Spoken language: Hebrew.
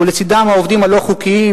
ולצדם העובדים הלא-חוקיים,